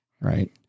Right